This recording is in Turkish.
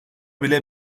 bile